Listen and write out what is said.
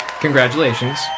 congratulations